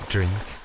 Drink